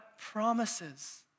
promises